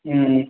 ம்